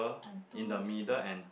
and two small